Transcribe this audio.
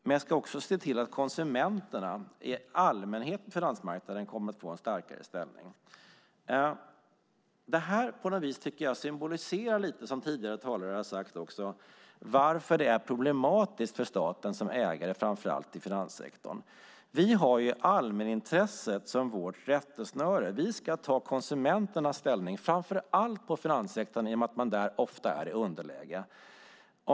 Men jag ska också se till att konsumenterna i allmänhet på finansmarknaden kommer att få en starkare ställning. Det här symboliserar på något vis, som tidigare talare också har sagt, varför det är problematiskt för staten att vara ägare, framför allt i finanssektorn. Vi har allmänintresset som vårt rättesnöre. Vi ska ta ställning för konsumenterna, framför allt inom finanssektorn i och med att de ofta är i underläge där.